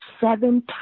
seven